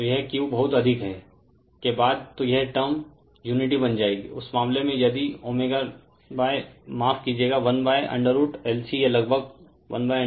तो यह Q बहुत अधिक है के बाद तो यह टर्म यूनिटी बन जाएगी उस मामले में यदि ω माफ़ किजयगा 1√LC यह लगभग 1√LC है